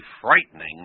frightening